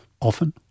often